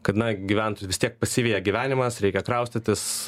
kad na gyventojų vis tiek pasiveja gyvenimas reikia kraustytis